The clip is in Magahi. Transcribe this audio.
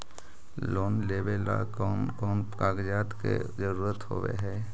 लोन लेबे ला कौन कौन कागजात के जरुरत होबे है?